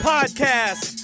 Podcast